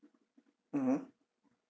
mmhmm